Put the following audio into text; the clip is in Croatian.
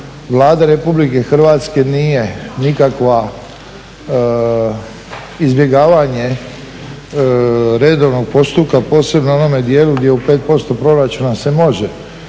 Vlade Republike Hrvatske nije nikakva izbjegavanje redovnog postupka posebno u onome dijelu gdje u 5% proračuna se može